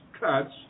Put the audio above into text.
cuts